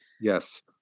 Yes